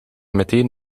meteen